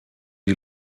die